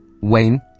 Wayne